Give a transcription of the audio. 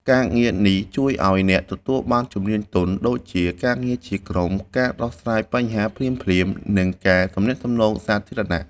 ការងារនេះជួយឱ្យអ្នកទទួលបានជំនាញទន់ ដូចជា ការងារជាក្រុម ការដោះស្រាយបញ្ហាភ្លាមៗ និងការទំនាក់ទំនងសាធារណៈ។